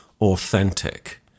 authentic